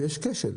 שיש כשל,